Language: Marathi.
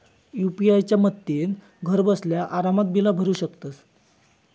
यू.पी.आय च्या मदतीन घरबसल्या आरामात बिला भरू शकतंस